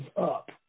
up